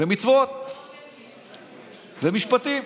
ומצוות ומשפטים.